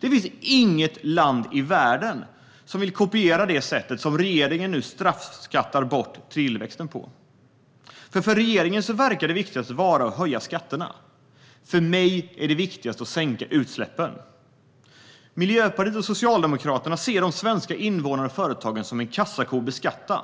Det finns inget land i världen som vill kopiera det sätt på vilket regeringen nu straffskattar bort tillväxten. För regeringen verkar det viktigaste vara att höja skatterna, men för mig är det viktigaste att sänka utsläppen. Miljöpartiet och Socialdemokraterna ser de svenska invånarna och företagen som en kassako att beskatta.